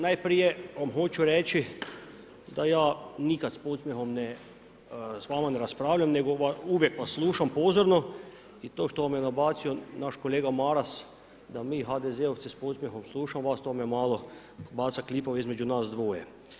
Najprije vam hoću reći da ja nikad s podsmjehom s vama ne raspravljam, nego uvijek vas slušam pozorno i to što vam je nabacio naš kolega Maras, da mi HDZ-ovci, s podsmjehom slušamo vas, to me malo, baca klipove između nas dvoje.